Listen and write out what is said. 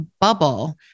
Bubble